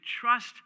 trust